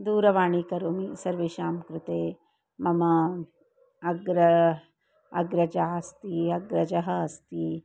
दूरवाणीं करोमि सर्वेषां कृते मम अग्रजा अग्रजा अस्ति अग्रजः अस्ति